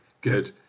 good